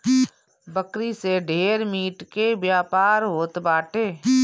बकरी से ढेर मीट के व्यापार होत बाटे